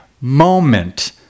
moment